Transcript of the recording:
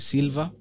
Silva